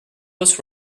was